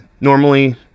normally